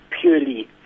purely